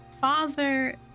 father